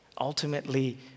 ultimately